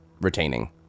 retaining